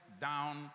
down